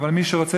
אבל מי שרוצה,